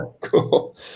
Cool